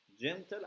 gentle